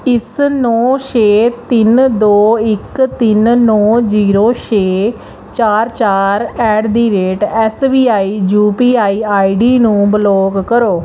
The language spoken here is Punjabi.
ਇਸ ਨੌਂ ਛੇ ਤਿੰਨ ਦੋ ਇੱਕ ਤਿੰਨ ਨੌਂ ਜ਼ੀਰੋ ਛੇ ਚਾਰ ਚਾਰ at the rate S B I U P I I D ਨੂੰ ਬਲਾਕ ਕਰੋ